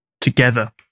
together